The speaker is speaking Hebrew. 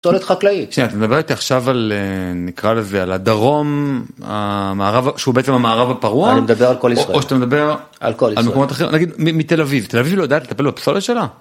פסולת חקלאית. שניה עכשיו על נקרא לזה על הדרום המערב שהוא בעצם המערב הפרוע? אני מדבר על כל אישה מדבר על כל מקומות אחרים מתל אביב תל אביב יודעת לטפל בפסולת שלה?